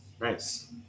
nice